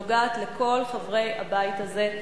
שנוגעת לכל חברי הבית הזה,